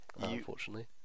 unfortunately